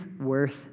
worth